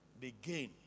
begin